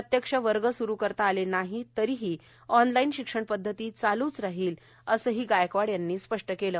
प्रत्यक्ष वर्ग स्रू करता आले नाहीत तरीही ऑनलाईन शिक्षण पध्दती चालूच राहील असंही गायकवाड यांनी स्पष्ट केलं आहे